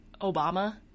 obama